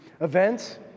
Events